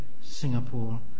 Singapore